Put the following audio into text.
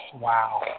Wow